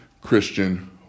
Christian